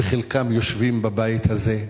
וחלקם יושבים בבית הזה,